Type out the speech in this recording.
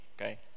Okay